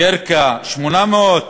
ירכא, 800,